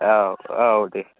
औ औ दे